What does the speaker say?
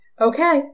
Okay